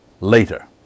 later